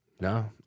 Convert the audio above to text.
No